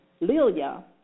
Lilia